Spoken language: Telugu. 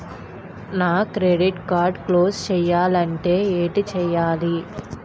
నా క్రెడిట్ కార్డ్ క్లోజ్ చేయాలంటే ఏంటి చేయాలి?